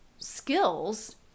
skills